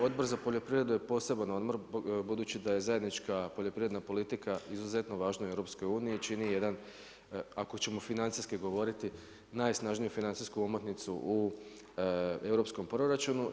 Odbor za poljoprivredu je poseban odbor budući da je zajednička poljoprivredna politika izuzetno važna u EU, čini jedan ako ćemo financijski govoriti najsnažniju financijsku omotnicu u europskom proračunu.